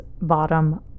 bottom